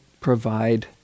provide